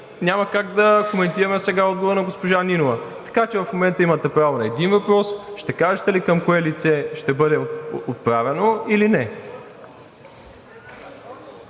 няма как да коментираме сега отговора на госпожа Нинова. Така че в момента имате право на един въпрос. Ще кажете ли към кое лице ще бъде отправен или не?